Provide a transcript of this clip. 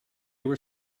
were